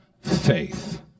faith